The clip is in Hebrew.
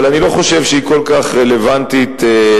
אבל אני לא חושב שהיא כל כך רלוונטית תמיד,